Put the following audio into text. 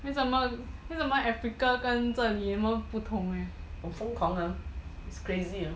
为什么为什么 africa 跟这里有什么不同 eh